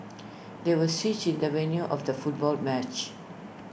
there was A switch in the venue of the football match